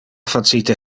facite